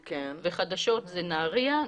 וחדשות זה נהריה,